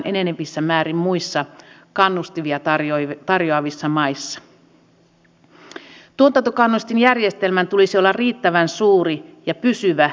ei löytynyt ja näin ollen nanson lähes satavuotinen joustava trikootoiminta siirtyy suomesta pois